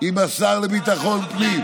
עם השר לביטחון פנים,